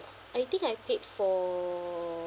I think I paid for